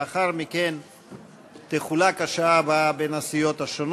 לאחר מכן תחולק השעה הבאה בין הסיעות,